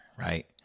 right